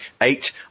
eight